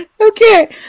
Okay